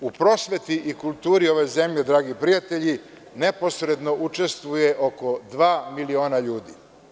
U prosveti i kulturi ove zemlje, dragi prijatelji, neposredno učestvuje oko dva miliona ljudi.